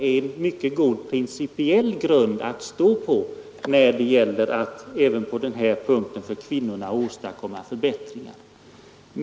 Jag anser att den är en god principiell grund att stå på när det gäller att åstadkomma förbättringar för de intagna kvinnorna.